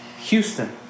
Houston